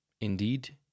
Indeed